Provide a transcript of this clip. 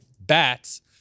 bats